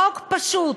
חוק פשוט,